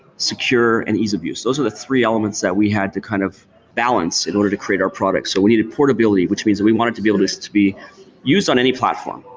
secure and ease of use. those are the three elements that we had to kind of balance in order to create our product. so we needed portability, which means that we wanted to be able this to be used on any platform.